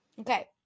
Okay